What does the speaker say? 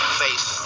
face